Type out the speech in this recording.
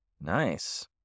Nice